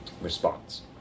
response